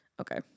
Okay